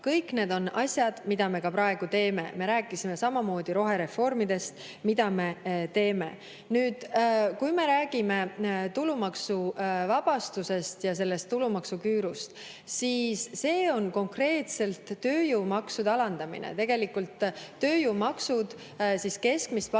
Kõik need on asjad, mida me praegu teeme. Me rääkisime samamoodi rohereformidest, mida me teeme. Kui me räägime tulumaksuvabastusest ja sellest tulumaksuküürust, siis see on konkreetselt tööjõumaksude alandamine. Tegelikult langevad tööjõumaksud keskmist palka